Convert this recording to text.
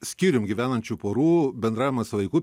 skyrium gyvenančių porų bendravimas vaikų